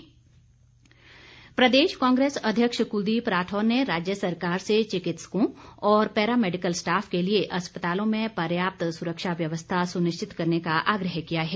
राठौर प्रदेश कांग्रेस अध्यक्ष कुलदीप राठौर ने राज्य सरकार से चिकित्सकों और पैरा मैडिकल स्टाफ के लिए अस्पतालों में पर्याप्त सुरक्षा व्यवस्था सुनिश्चित करने का आग्रह किया है